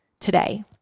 Today